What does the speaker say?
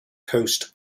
coast